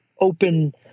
open